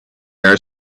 are